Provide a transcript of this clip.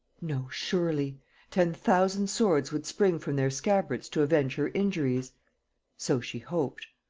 no surely ten thousand swords would spring from their scabbards to avenge her injuries so she hoped,